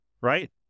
right